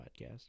podcast